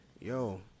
yo